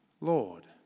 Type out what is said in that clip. Lord